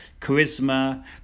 charisma